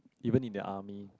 even in the army